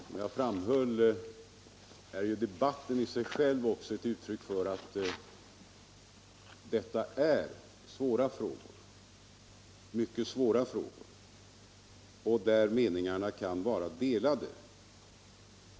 Som jag framhöll är debatten i sig själv också ett uttryck för att detta är mycket svåra frågor där meningarna kan vara delade.